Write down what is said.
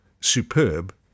superb